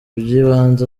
by’ibanze